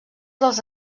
dels